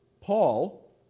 Paul